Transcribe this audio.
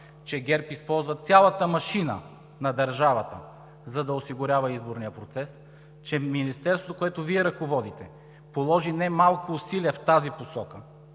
че ГЕРБ използва цялата машина на държавата, за да осигурява изборния процес, че Министерството, което Вие ръководите, положи немалко усилия в тази посока